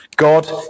God